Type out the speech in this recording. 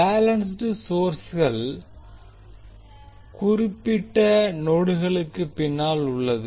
balanced சோர்ஸ்கள் குறிப்பிட்ட நோடுகளுக்கு பின்னால் உள்ளது